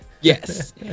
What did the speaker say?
Yes